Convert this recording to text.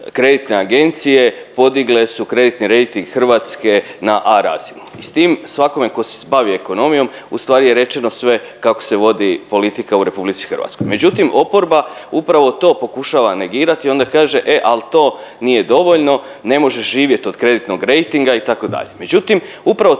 kreditne agencije podigle su kreditni rejting Hrvatske na A razinu i s tim svakome ko se bavi ekonomijom ustvari je rečeno sve kako se vodi politika u RH. Međutim, oporba upravo to pokušava negirati onda kaže, e al to nije dovoljno ne možeš živjeti od kreditnog rejtinga itd.,